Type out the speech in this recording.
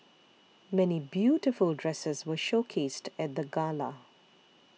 many beautiful dresses were showcased at the gala